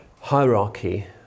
hierarchy